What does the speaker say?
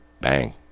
bang